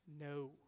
No